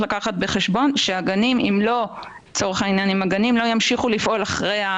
חובת תום לב של שני הצדדים בנוגע לסגר הראשון אם אתם זוכרים,